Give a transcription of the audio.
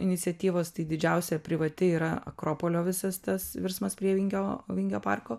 iniciatyvos tai didžiausia privati yra akropolio visas tas virsmas prie vingio vingio parko